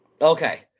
okay